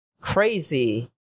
crazy